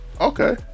Okay